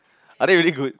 are they really good